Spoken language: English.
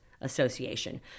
association